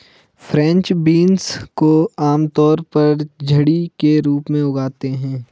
French beans को आमतौर पर झड़ी के रूप में उगाते है